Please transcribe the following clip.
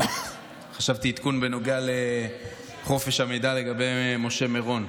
חשבתי שיש עדכון בנוגע לחופש המידע לגבי משה מירון.